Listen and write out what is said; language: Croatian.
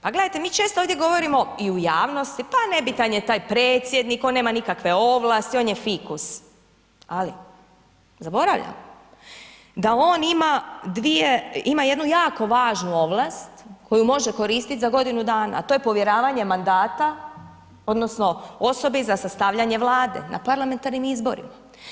Pa gledajte, mi često ovdje govorimo i u javnosti pa nebitan je taj Predsjednik, on nema nikakve ovlasti, on je fikus ali zaboravljate da on ima jednu jako važnu ovlast koju može koristit za godinu dana a to je povjeravanje mandata odnosno osobi za sastavljanje Vlade na parlamentarnim izborima.